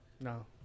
No